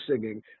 singing